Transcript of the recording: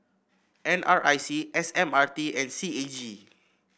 N R I C S M R T and C A G